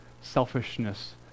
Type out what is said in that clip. selfishness